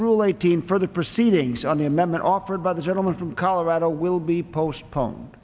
rule eighteen for the proceedings on the amendment offered by the gentleman from colorado will be postpone